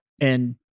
And-